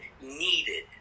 needed